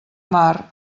mar